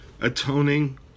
Atoning